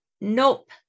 nope